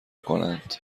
کنند